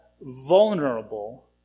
vulnerable